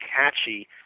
catchy